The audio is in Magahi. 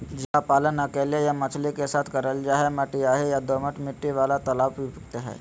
झींगा पालन अकेले या मछली के साथ करल जा हई, मटियाही या दोमट मिट्टी वाला तालाब उपयुक्त हई